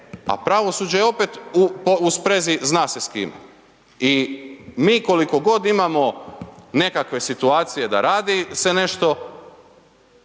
a pravosuđe je opet u sprezi zna se s kime. I mi koliko god imamo nekakve situacije da radi se nešto